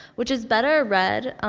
which is better read, um,